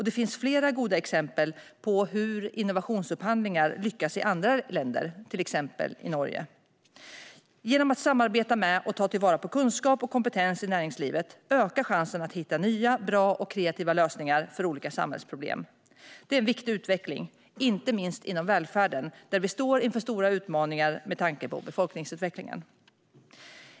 Det finns flera goda exempel på hur innovationsupphandlingar lyckas i andra länder, till exempel i Norge. Genom att samarbeta med och ta vara på kunskap och kompetens i näringslivet ökar chansen att hitta nya, bra och kreativa lösningar för olika samhällsproblem. Det är en viktig utveckling, inte minst inom välfärden, där vi står inför stora utmaningar med tanke på befolkningsutvecklingen.